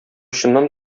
чыннан